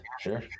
sure